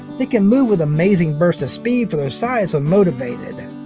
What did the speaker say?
they can move with amazing bursts of speed for their size when motivated.